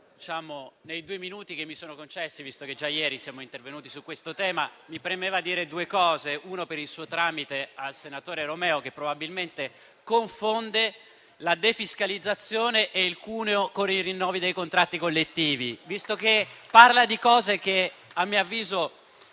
nei due minuti che mi sono concessi, visto che già ieri siamo intervenuti su questo tema, mi premeva dire due cose, una per il suo tramite al senatore Romeo, che probabilmente confonde la defiscalizzazione e il cuneo fiscale con i rinnovi dei contratti collettivi. Visto che parla di cose che, a mio avviso,